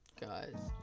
guys